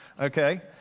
okay